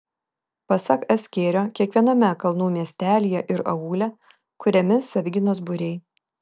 pasak s kėrio kiekviename kalnų miestelyje ir aūle kuriami savigynos būriai